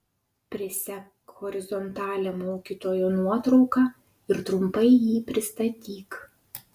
prisek horizontalią mokytojo nuotrauką ir trumpai jį pristatyk